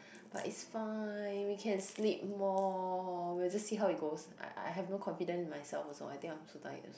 but it's fine we can sleep more we'll just see how it goes I I have no confidence in myself also I think I'm so tired also